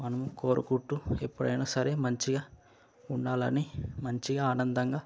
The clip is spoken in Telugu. మనము కోరుకుంటూ ఎప్పుడైనా సరే మంచిగా ఉండాలని మంచిగా ఆనందంగా